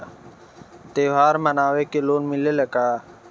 त्योहार मनावे के लोन मिलेला का?